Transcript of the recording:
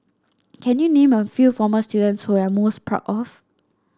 can you name a few former students whom are most proud of